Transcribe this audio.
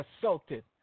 assaulted